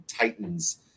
titans